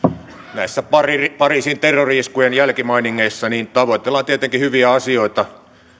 näissä pariisin terrori iskujen jälkimainingeissa tavoitellaan tietenkin hyviä asioita